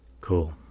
Cool